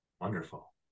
Wonderful